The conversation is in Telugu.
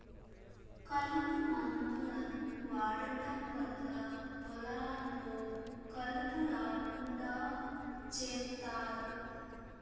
కలుపు మందులను వాడటం వల్ల పొలాల్లో కలుపు రాకుండా చేత్తారు